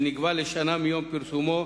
שנקבע לשנה מיום פרסומו,